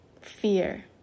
fear